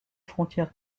frontières